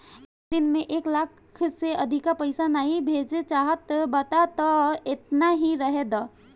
एक दिन में एक लाख से अधिका पईसा नाइ भेजे चाहत बाटअ तअ एतना ही रहे दअ